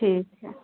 ठीक हैं